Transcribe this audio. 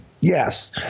Yes